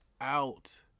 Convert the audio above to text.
out